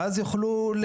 ואז יוכלו,